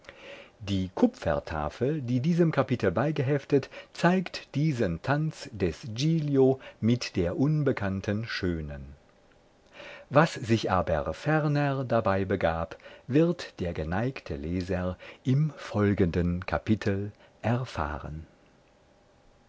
die kupfertafel die diesem kapitel beigeheftet zeigt diesen tanz des giglio mit der unbekannten schönen was sich aber ferner dabei begab wird der geneigte leser im folgenden kapitel erfahren